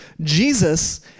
Jesus